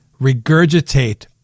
regurgitate